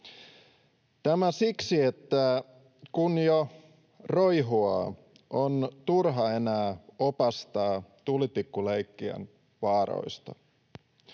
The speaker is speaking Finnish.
Tämä siksi, että kun jo roihuaa, on turha enää opastaa tulitikkuleikkien vaaroista.